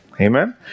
Amen